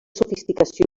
sofisticació